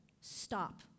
Stop